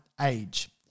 age